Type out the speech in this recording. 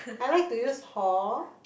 I like to use horn